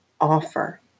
offer